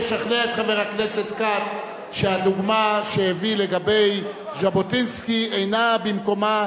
תשכנע את חבר הכנסת כץ שהדוגמה שהביא לגבי ז'בוטינסקי אינה במקומה.